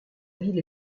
ville